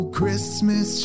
Christmas